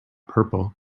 purple